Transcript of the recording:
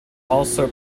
also